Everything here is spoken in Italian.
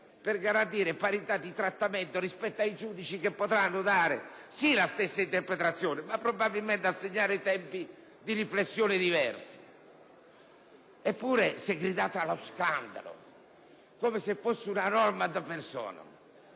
per garantire parità di trattamento rispetto ai giudici che potranno dare sì la stessa interpretazione ma probabilmente assegnare tempi di riflessione diversi. Eppure si è gridato allo scandalo, come se fosse una norma *ad personam*.